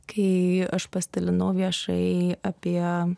kai aš pasidalinau viešai apie